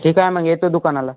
ठीक आहे मग येतो दुकानाला